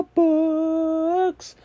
books